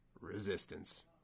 Resistance